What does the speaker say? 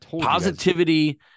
Positivity